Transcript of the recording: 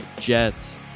jets